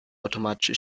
automatische